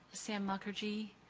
sam mukherji,